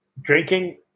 drinking